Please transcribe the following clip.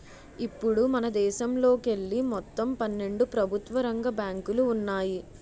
ఇప్పుడు మనదేశంలోకెళ్ళి మొత్తం పన్నెండు ప్రభుత్వ రంగ బ్యాంకులు ఉన్నాయి